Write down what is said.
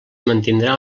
mantindrà